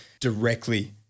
directly